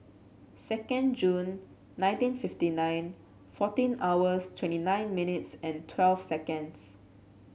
second Jun nineteen fifty nine fourteen hours twenty nine minutes and twelve seconds